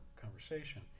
conversation